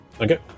Okay